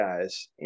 guys